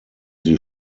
sie